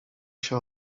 się